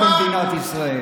אני מבין את התסכול שלכם.